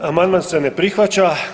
Amandman se ne prihvaća.